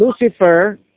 Lucifer